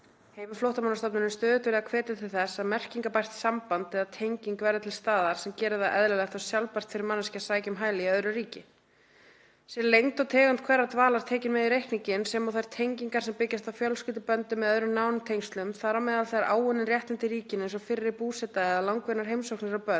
hefur Flóttamannastofnunin stöðugt verið að hvetja til þess að merkingarbært samband eða tenging verði til staðar sem geri það eðlilegt og sjálfbært fyrir manneskju að sækja um hæli í öðru ríki. Sé lengd og tegund hverrar dvalar tekin með í reikninginn sem og þær tengingar sem byggjast á fjölskylduböndum eða öðrum nánum tengslum — þar á meðal þegar áunnin réttindi í ríkinu eins og fyrri búseta eða langvinnar heimsóknir, og bönd